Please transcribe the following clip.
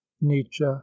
Nietzsche